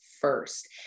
first